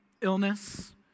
illness